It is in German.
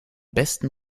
besten